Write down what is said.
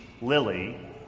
lily